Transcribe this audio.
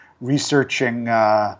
researching